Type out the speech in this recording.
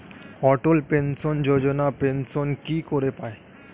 অটল pension Yojana pension কি করে পায়?